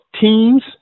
teams